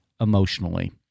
emotionally